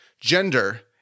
gender